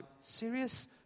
serious